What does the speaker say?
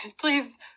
Please